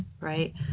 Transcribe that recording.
right